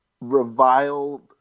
reviled